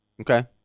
Okay